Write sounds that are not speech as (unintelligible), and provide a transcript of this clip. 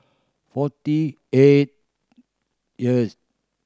forty eight (unintelligible)